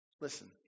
Listen